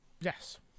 Yes